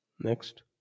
Next